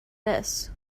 this